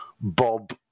Bob